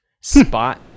Spot